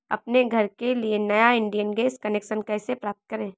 अपने घर के लिए नया इंडियन गैस कनेक्शन कैसे प्राप्त करें?